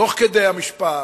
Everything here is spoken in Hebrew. תוך כדי משפט,